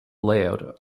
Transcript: layout